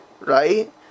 right